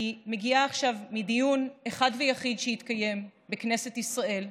אני מגיעה עכשיו מדיון אחד ויחיד שהתקיים בכנסת ישראל,